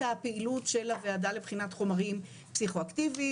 הפעילות של הוועדה לבחינת חומרים פסיכואקטיביים,